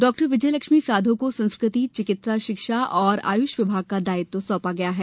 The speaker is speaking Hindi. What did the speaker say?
डॉ विजय लक्ष्मी साधो को संस्कृति चिकित्सा शिक्षा और आयूष विभाग का दायित्व सौंपा गया है